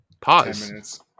pause